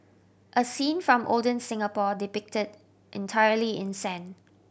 a scene from olden Singapore depicted entirely in sand